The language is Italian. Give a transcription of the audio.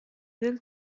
del